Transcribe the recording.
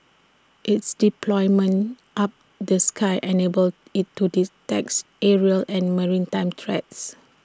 it's deployment up the sky enables IT to detects aerial and maritime threats